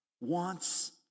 wants